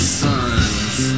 sons